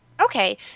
Okay